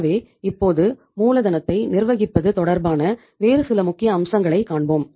எனவே இப்போது மூலதனத்தை நிர்வகிப்பது தொடர்பான வேறு சில முக்கிய அம்சங்களைக் காண்போம்